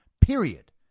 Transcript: period